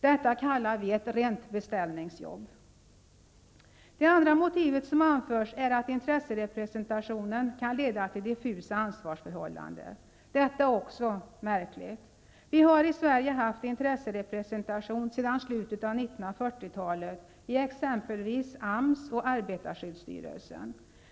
Detta kallar vi ett rent beställningsjobb! Det andra motivet som anförs är att intresserepresentation kan leda till diffusa ansvarförhållanden. Detta är också märkligt. Vi har i Sverige haft intresserepresentation sedan slutet av 1940-talet i exempelvis AMS och arbetarskyddsstyrelsen.